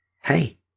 Hey